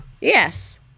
Yes